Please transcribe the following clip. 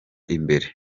imbere